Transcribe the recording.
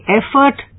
effort